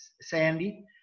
Sandy